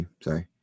sorry